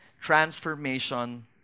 Transformation